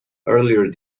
earlier